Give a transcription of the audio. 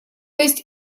есть